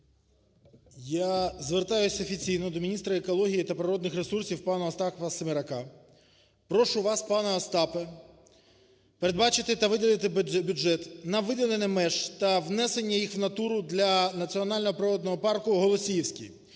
Я звертаюся офіційно до міністра екології та природних ресурсів пана Остапа Семерака. Прошу вас, пане Остапе, передбачити та виділити бюджет на виділення меж та внесення їх в натуру для Національного природного парку "Голосіївський".